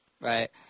Right